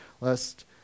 lest